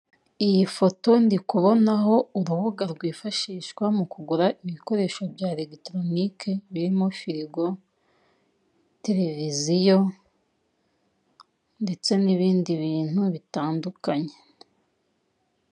Iyi foto ndi kubonaho urubuga rwifashishwa mu kugura ibikoresho bya eregitaronike, birimo firigo, tereviziyo ndetse n'inindi bintu bitandukanye.